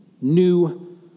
new